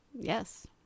Yes